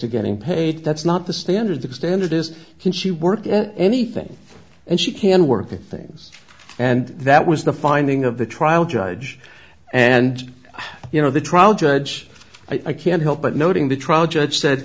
to getting paid that's not the standard the standard is can she work at anything and she can work things and that was the finding of the trial judge and you know the trial judge i can't help but noting the trial judge said